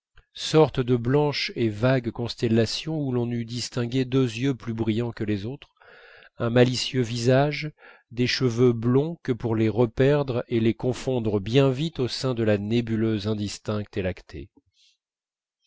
sorte de blanche et vague constellation où l'on n'eût distingué deux yeux plus brillants que les autres un malicieux visage des cheveux blonds que pour les reperdre et les confondre bien vite au sein de la nébuleuse indistincte et lactée